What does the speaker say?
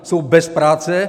Jsou bez práce.